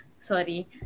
Sorry